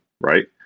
right